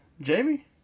Jamie